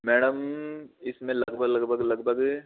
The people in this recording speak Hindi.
मैडम इसमें लगभग लगभग लगभग